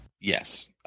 Yes